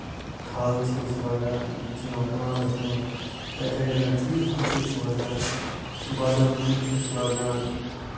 تھل چھِ أسۍ لاگان یہِ تہِ چھ یِوان پٔلانٹَس منٛز یِتھَے کنیتھ ژوٗنٹۍ کُلۍ چھِ أسۍ لاگان بادام کُلی چھِ أسۍ لاگان